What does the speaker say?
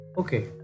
Okay